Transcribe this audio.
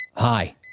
Hi